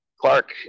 Clark